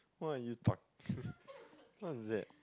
what are you talk~ what's that